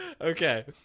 Okay